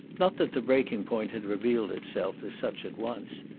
not that the breaking point had revealed itself as such at once.